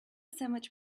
sandwich